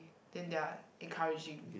then they are encouraging